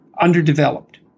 underdeveloped